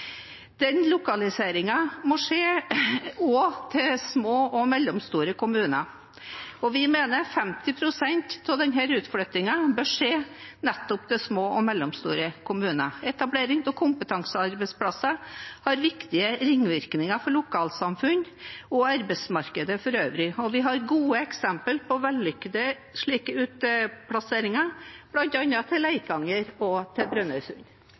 Den lokaliseringen må skje til små og mellomstore kommuner også. Vi mener at 50 pst. av denne utflyttingen bør skje til nettopp små og mellomstore kommuner. Etableringen av kompetansearbeidsplasser har viktige ringvirkninger for lokalsamfunn og arbeidsmarkedet for øvrig. Vi har vellykkede eksempler på slik utplassering, bl.a. til Leikanger og Brønnøysund.